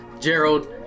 Gerald